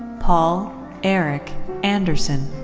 paul eric anderson.